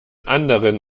anderen